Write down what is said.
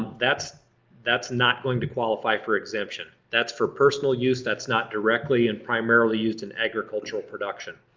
that's that's not going to qualify for exemption. that's for personal use, that's not directly and primarily used in agricultural production.